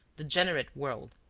degenerate world.